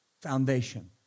foundation